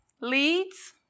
leads